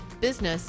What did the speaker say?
business